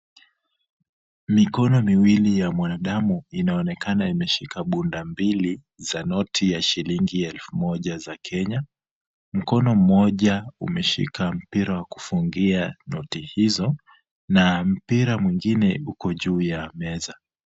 Mikono miwili ya mwanadamu inaonekana imeshika bunda mbili za noti ya shilingi elfu moja za Kenya. Mkono mmoja umeshika mpira wa kufungia noti hizo na mpira mwingine uko juu ya meza.